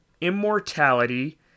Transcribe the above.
Immortality